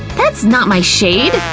that's not my shade!